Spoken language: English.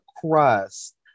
crust